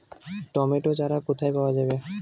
Tomato চারা কোথায় পাওয়া যাবে?